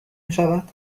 میشود